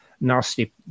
nasty